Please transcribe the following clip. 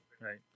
right